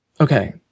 Okay